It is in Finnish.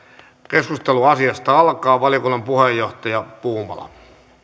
keskustelu asiasta alkaa valiokunnan puheenjohtaja puumala